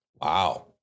Wow